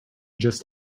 just